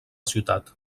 ciutat